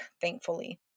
thankfully